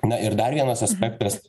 na ir dar vienas aspektas